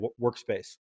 workspace